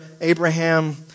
Abraham